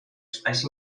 espais